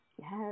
Yes